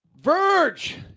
Verge